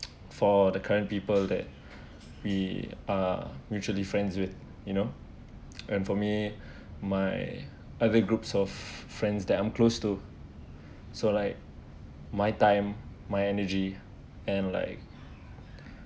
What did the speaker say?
for the current people that we are mutually friends with you know and for me my other group of friends that I'm close to so like my time my energy and like